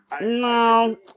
no